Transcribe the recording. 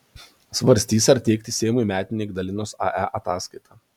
svarstys ar teikti seimui metinę ignalinos ae ataskaitą